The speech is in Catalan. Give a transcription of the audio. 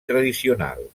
tradicional